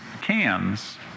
cans